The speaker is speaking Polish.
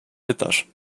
pytasz